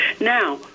now